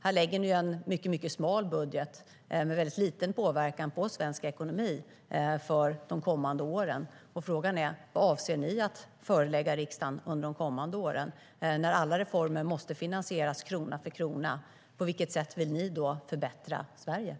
Här lägger ni fram en mycket smal budget med en väldigt liten påverkan på svensk ekonomi för de kommande åren. Frågan är vad ni avser att förelägga riksdagen under de kommande åren när alla reformer måste finansieras krona för krona. På vilket sätt vill ni då förbättra Sverige?